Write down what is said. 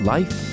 Life